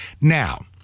Now